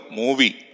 movie